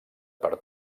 per